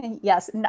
Yes